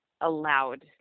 allowed